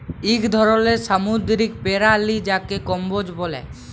ইক ধরলের সামুদ্দিরিক পেরালি যাকে কম্বোজ ব্যলে